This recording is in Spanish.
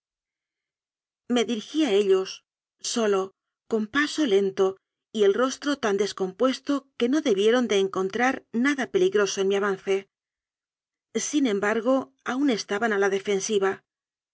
me dirigí a ellos solo con paso lento y el rostro tan descompuesto que no debieron de encontrar nada peligroso en mi avance sin embargo aún estaban a la defensiva